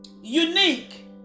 unique